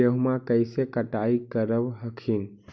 गेहुमा कैसे कटाई करब हखिन?